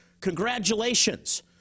Congratulations